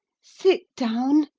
sit down!